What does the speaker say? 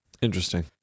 interesting